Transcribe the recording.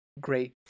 great